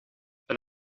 een